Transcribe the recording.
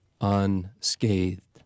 unscathed